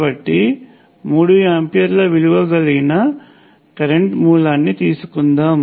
కాబట్టి 3 ఆంపియర్ల విలువ కలిగిన కరెంట్ మూలాన్ని తీసుకుందాం